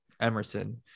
Emerson